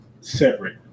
Separate